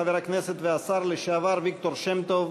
חבר הכנסת והשר לשעבר ויקטור שם-טוב,